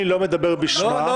אני לא מדבר בשמה והיא תגיד.